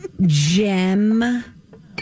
Gem